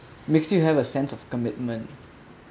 makes you have a sense of commitment